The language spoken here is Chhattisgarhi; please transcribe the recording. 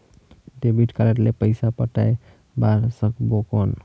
डेबिट कारड ले पइसा पटाय बार सकबो कौन?